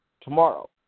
tomorrow